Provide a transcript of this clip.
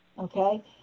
Okay